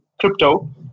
crypto